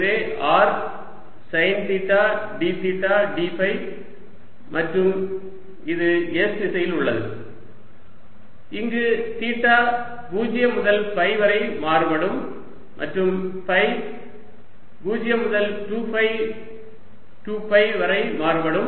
எனவே r sine theta d theta d phi மற்றும் இது s திசையில் உள்ளது இங்கு தீட்டா 0 முதல் பை வரை மாறுபடும் மற்றும் ஃபை 0 முதல் 2 ஃபை 2 பை வரை மாறுபடும்